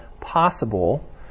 possible